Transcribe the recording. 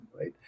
right